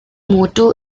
motto